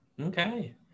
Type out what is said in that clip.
Okay